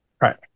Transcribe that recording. Right